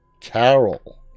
Carol